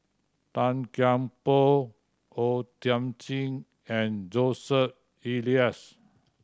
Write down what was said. Tan Kian Por O Thiam Chin and Joseph Elias